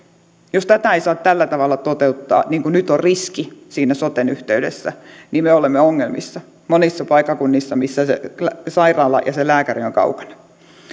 jos tätä ei saa tällä tavalla toteuttaa niin kuin nyt on riski siinä soten yhteydessä niin me olemme ongelmissa monilla paikkakunnilla missä se sairaala ja lääkäri ovat kaukana